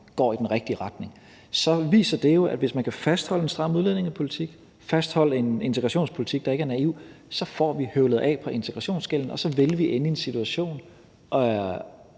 går i den rigtige retning. Det viser jo, at hvis man kan fastholde en stram udlændingepolitik, fastholde en integrationspolitik, der ikke er naiv, så får vi høvlet af på integrationsgælden, og så vil vi ende i en situation –